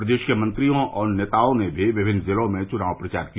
प्रदेश के मंत्रियों और नेताओं ने भी विभिन्न जिलों में चुनाव प्रचार किया